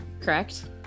Correct